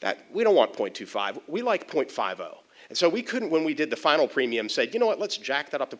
that we don't want point two five we like point five zero and so we couldn't when we did the final premium said you know what let's jack